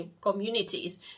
communities